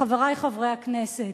חברי חברי הכנסת,